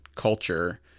culture